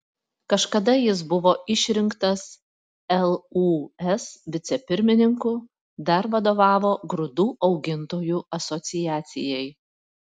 kažkada jis buvo išrinktas lūs vicepirmininku dar vadovavo grūdų augintojų asociacijai